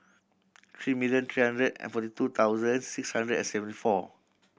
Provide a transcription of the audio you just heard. three million three hundred and forty two thousand six hundred and seventy four